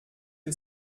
que